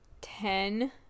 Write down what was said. ten